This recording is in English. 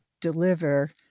deliver